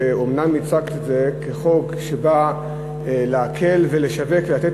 שאומנם הצגת אותו כחוק שבא להקל ולתת